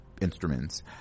instruments